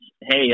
Hey